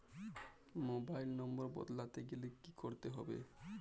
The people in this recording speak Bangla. মোবাইল নম্বর বদলাতে গেলে কি করতে হবে?